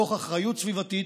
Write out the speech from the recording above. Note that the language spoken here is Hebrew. תוך אחריות סביבתית,